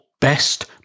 best